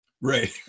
Right